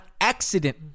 accident